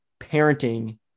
parenting